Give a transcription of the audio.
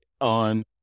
on